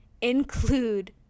include